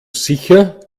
sicher